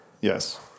Yes